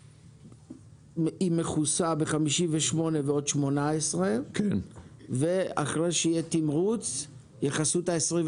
היא מכוסה ב-58 ועוד 18 ואחרי שיהיה תמרוץ יכסו את ה-25.